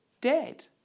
dead